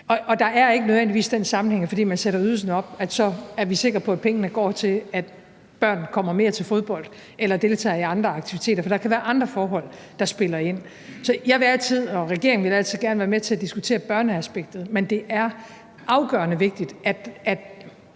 der er ikke nødvendigvis den sammenhæng, at fordi man sætter ydelsen op, så er vi sikre på, at pengene går til, at børn kommer mere til fodbold eller deltager i andre aktiviteter, for der kan være andre forhold, der spiller ind. Så jeg vil altid og regeringen vil altid gerne være med til at diskutere børneaspektet, men det er afgørende vigtigt –